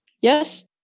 Yes